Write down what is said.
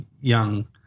young